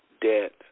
debt